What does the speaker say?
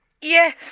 Yes